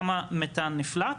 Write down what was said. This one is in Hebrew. כמה מתאן נפלט.